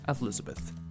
Elizabeth